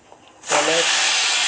चना के फसल कीरा ले बचाय बर का करबो?